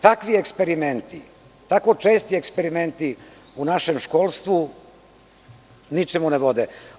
Takvi eksperimenti, tako česti eksperimenti u našem školstvu ničemu ne vode.